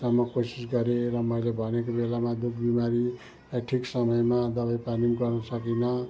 सम्म कोसिस गरेँ र मैले भनेको बेलामा दुखः बिमारी ठिक समयमा दबाई पानी गर्नु सकिनँ